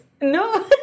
No